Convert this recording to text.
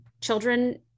children